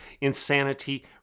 insanity